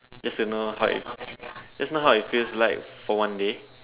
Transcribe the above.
just to know how it just to know how it feels like for one day